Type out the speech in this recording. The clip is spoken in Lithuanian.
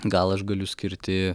gal aš galiu skirti